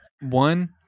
one